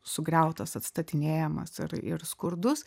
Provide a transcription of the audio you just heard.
sugriautas atstatinėjamas ar ir skurdus